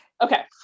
Okay